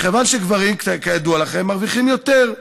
מכיוון שגברים, כידוע לכם, מרוויחים יותר,